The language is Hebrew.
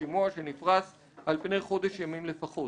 שימוע שנפרש על-פני חודש ימים לפחות".